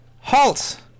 Halt